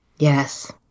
Yes